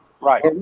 Right